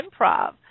improv